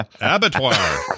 Abattoir